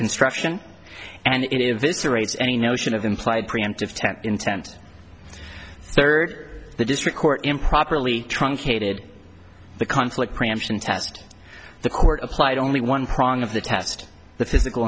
construction and if this raise any notion of implied preemptive tent intent third the district court improperly truncated the conflict preemption test the court applied only one prong of the test the physical